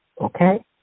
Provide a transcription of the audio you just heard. okay